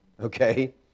Okay